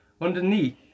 Underneath